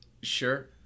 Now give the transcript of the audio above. Sure